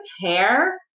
hair